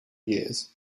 years